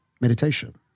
Meditation